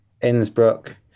Innsbruck